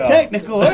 Technical